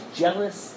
jealous